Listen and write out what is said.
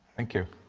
thank you.